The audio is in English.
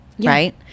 Right